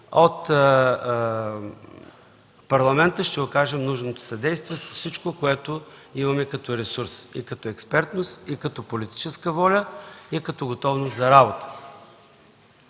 от Парламента, ще окажем нужното съдействие с всичко, което имаме като ресурс, експертност, политическа воля и готовност за работа.